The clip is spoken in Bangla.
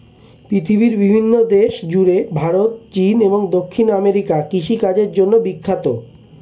পৃথিবীর বিভিন্ন দেশ জুড়ে ভারত, চীন এবং দক্ষিণ আমেরিকা কৃষিকাজের জন্যে বিখ্যাত